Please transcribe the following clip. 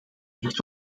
echt